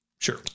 Sure